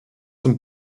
zum